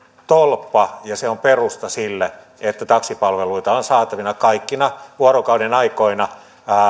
tolppa ja se on perusta sille että taksipalveluita on saatavina kaikkina vuorokaudenaikoina